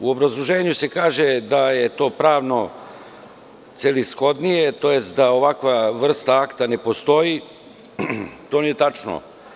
U obrazloženju se kaže da je to pravno celishodnije, tj. da ovakva vrsta akta ne postoji, to nije tačno.